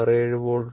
67 വോൾട്ടും